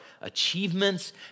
achievements